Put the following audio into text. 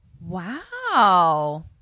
Wow